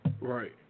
Right